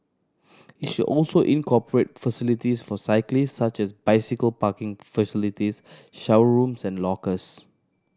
it should also incorporate facilities for cyclists such as bicycle parking facilities shower rooms and lockers